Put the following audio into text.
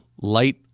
light